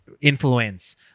influence